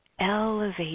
elevate